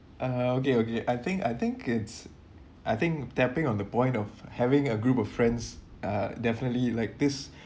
uh okay okay I think I think gets I think tapping on the point of having a group of friends uh definitely like this